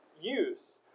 use